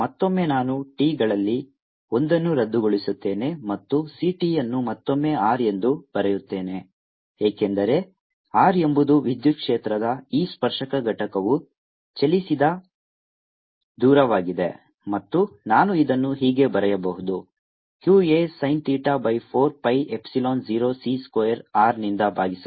ಮತ್ತೊಮ್ಮೆ ನಾನು t ಗಳಲ್ಲಿ ಒಂದನ್ನು ರದ್ದುಗೊಳಿಸುತ್ತೇನೆ ಮತ್ತು c t ಅನ್ನು ಮತ್ತೊಮ್ಮೆ r ಎಂದು ಬರೆಯುತ್ತೇನೆ ಏಕೆಂದರೆ r ಎಂಬುದು ವಿದ್ಯುತ್ ಕ್ಷೇತ್ರದ ಈ ಸ್ಪರ್ಶಕ ಘಟಕವು ಚಲಿಸಿದ ದೂರವಾಗಿದೆ ಮತ್ತು ನಾನು ಇದನ್ನು ಹೀಗೆ ಬರೆಯಬಹುದು q a sin theta by 4 pi epsilon 0 c square r ನಿಂದ ಭಾಗಿಸಲಾಗಿದೆ